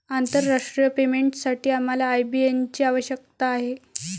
आंतरराष्ट्रीय पेमेंटसाठी आम्हाला आय.बी.एन ची आवश्यकता आहे